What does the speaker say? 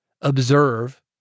observe